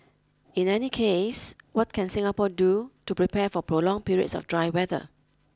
in any case what can Singapore do to prepare for prolonged periods of dry weather